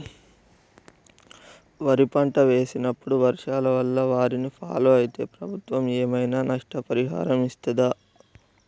వరి పంట వేసినప్పుడు వర్షాల వల్ల వారిని ఫాలో అయితే ప్రభుత్వం ఏమైనా నష్టపరిహారం ఇస్తదా?